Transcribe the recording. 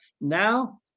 now